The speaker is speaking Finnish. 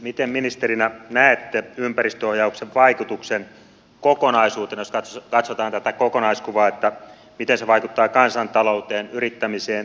miten ministerinä näette ympäristöohjauksen vaikutuksen kokonaisuutena jos katsotaan tätä kokonaiskuvaa miten se vaikuttaa kansantalouteen yrittämiseen työllisyyteen